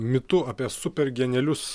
mitu apie super genialius